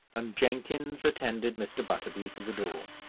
and jenkins attended mr. butterby to the door.